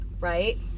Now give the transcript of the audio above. Right